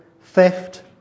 theft